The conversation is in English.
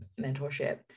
mentorship